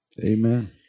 Amen